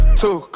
two